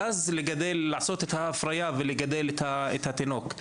ואז לעשות את ההפריה ולגדל את התינוק,